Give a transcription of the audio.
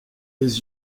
les